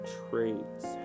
traits